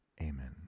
Amen